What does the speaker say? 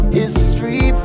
history